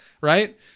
right